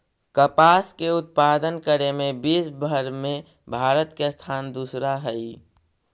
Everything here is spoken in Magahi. कपास के उत्पादन करे में विश्वव भर में भारत के स्थान दूसरा हइ